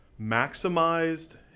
maximized